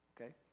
okay